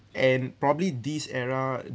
and probably this era